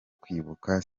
kwibuka